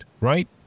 right